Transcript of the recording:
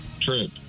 Trip